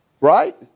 Right